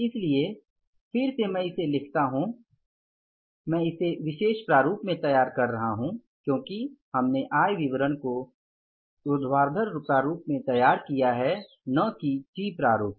इसलिए फिर से मैं इसे लिखता हूं मैं इसे विशेष प्रारूप में तैयार कर रहा हूं क्योंकि हमने आय विवरण को ऊर्ध्वाधर प्रारूप में तैयार किया है न कि टी प्रारूप में